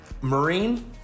Marine